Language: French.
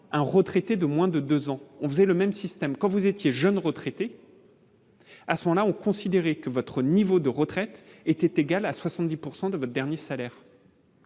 un retraité de moins de 2 ans, on faisait le même système quand vous étiez jeune retraité. à ce moment-là, ont considéré que votre niveau de retraite était égale à 70 pourcent de votre dernier salaire.